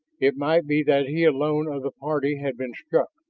it might be that he alone of the party had been struck.